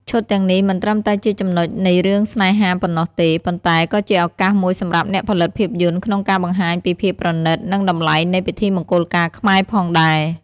ឈុតទាំងនេះមិនត្រឹមតែជាចំណុចនៃរឿងស្នេហាប៉ុណ្ណោះទេ ប៉ុន្តែក៏ជាឱកាសមួយសម្រាប់អ្នកផលិតភាពយន្តក្នុងការបង្ហាញពីភាពប្រណីត និងតម្លៃនៃពិធីមង្គលការខ្មែរផងដែរ។